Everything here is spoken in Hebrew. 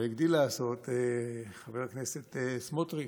הגדיל לעשות חבר הכנסת סמוטריץ',